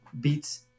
beats